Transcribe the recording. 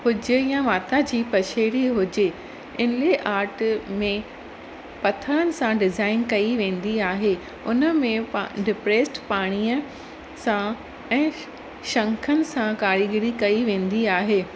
हुजे या माता जी पछेरी हुजे इनले आट में पथरनि सां डिज़ाइन कई वेंदी आहे उन में पा डिप्रेस्ट पाणीअ सां ऐं शंखनि सां कारीगरी कई वेंदी आहे